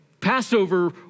Passover